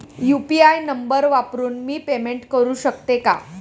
UPI number वापरून मी payment करू शकते का?